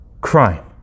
crime